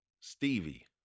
Stevie